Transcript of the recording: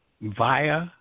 via